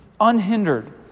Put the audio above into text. unhindered